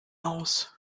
aus